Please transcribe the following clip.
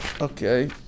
Okay